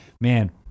Man